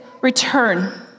return